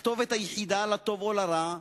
הכתובת היחידה, לטוב או לרע,